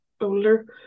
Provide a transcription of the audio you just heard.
older